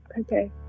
Okay